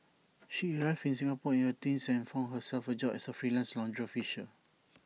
she arrived in Singapore in her teens and found herself A job as A freelance laundry washer